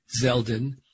zeldin